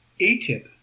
ATip